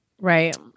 right